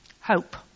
Hope